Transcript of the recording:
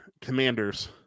Commanders